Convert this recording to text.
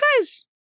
guys